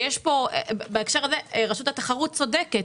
בהקשר הזה רשות התחרות צודקת.